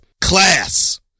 Class